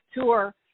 tour